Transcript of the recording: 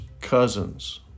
cousins